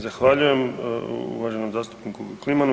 Zahvaljujem uvaženom zastupniku Klimanu.